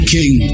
King